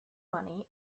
money